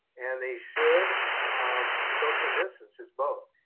and they should um social distances both.